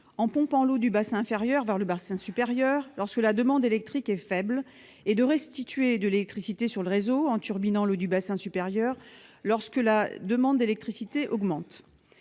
en pompant l'eau du bassin inférieur vers le bassin supérieur lorsque la demande électrique est faible et de restituer de l'électricité sur le réseau en turbinant l'eau du bassin supérieur lorsque la demande électrique augmente.